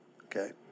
Okay